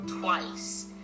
twice